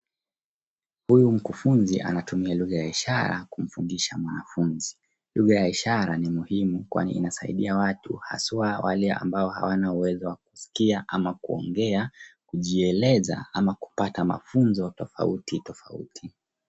Huyu mkufunzi anatumia lugha ya isara kumfunza mwanafunzi. Lugha ya ishara ni muhimu kwani inasaidia watu haswa wale ambao hawawezi kuskia au kuongea kujieleza au kupata mafunzo tofauti tofauti.